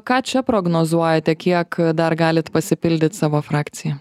ką čia prognozuojate kiek dar galit pasipildyt savo frakciją